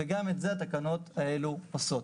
וגם את זה התקנות האלו עושות.